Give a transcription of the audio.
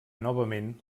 novament